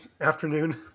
afternoon